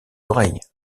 oreilles